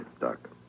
Doc